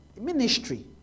ministry